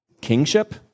Kingship